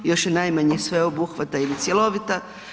Još je najmanje sveobuhvatna ili cjelovita.